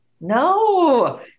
no